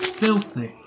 filthy